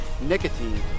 Nicotine